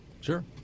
Sure